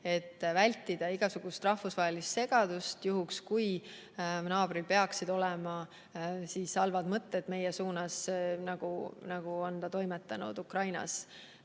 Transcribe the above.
et vältida igasugust rahvusvahelist segadust juhuks, kui meie naabril peaksid olema halvad mõtted meie suunas, nagu ta on toimetanud Ukrainas